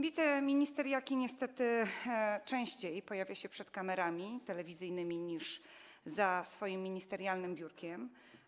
Wiceminister Jaki niestety częściej pojawia się przed kamerami telewizyjnymi niż za swoim ministerialnym biurkiem.